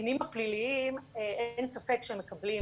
שהקטינים הפליליים, אין ספק שהם מקבלים